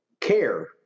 care